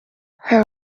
her